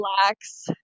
relax